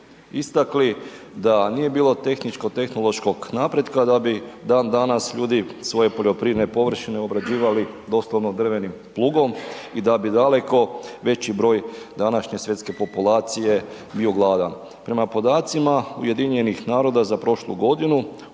istakli da nije bilo tehničko tehnološkog napretka da bi dan danas ljudi svoje poljoprivredne površine obrađivali doslovno drvenim plugom i da bi daleko veći broj današnje svjetske populacije bio gladan. Prema podacima UN-a za prošlu godinu